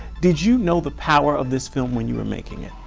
did you know the power of this film when you were making it?